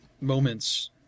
moments